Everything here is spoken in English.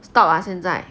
stop ah 现在